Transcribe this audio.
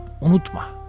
unutma